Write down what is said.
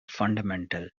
fundamental